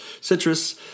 citrus